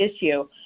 issue